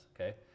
okay